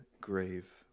grave